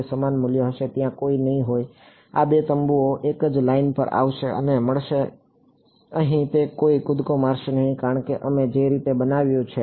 તે સમાન મૂલ્ય હશે ત્યાં કોઈ નહીં હોય આ 2 તંબુઓ એક જ લાઇન પર આવશે અને મળશે અહીં કોઈ કૂદકો મારશે નહીં કારણ કે અમે જે રીતે તેને બનાવ્યું છે